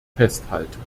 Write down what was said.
festhalten